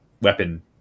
weapon